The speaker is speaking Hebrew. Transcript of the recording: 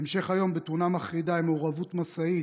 בהמשך היום, בתאונה מחרידה עם מעורבות משאית,